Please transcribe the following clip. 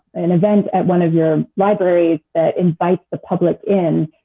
an event at one of your libraries that invites the public in,